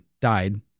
died